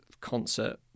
concert